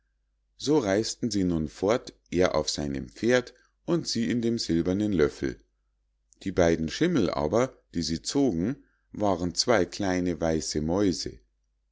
so reis'ten sie nun fort er auf seinem pferd und sie in dem silbernen löffel die beiden schimmel aber die sie zogen waren zwei kleine weiße mäuse